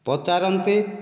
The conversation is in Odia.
ପଚାରନ୍ତି